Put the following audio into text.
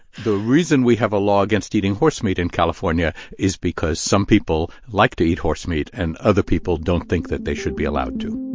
the reason we have a law against eating horse meat in california is because some people like to eat horse meat, and other people don't think that they should be allowed to